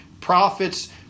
prophets